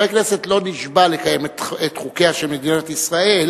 חבר כנסת לא נשבע לקיים את חוקיה של מדינת ישראל,